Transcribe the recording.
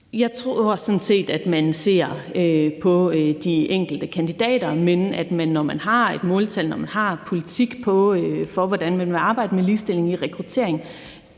Jeg tror sådan set, at man ser på de enkelte kandidater, men at man, når man har et måltal, og når man har politik for, hvordan man vil arbejde med ligestilling i rekrutteringen,